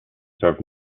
serve